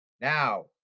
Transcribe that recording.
Now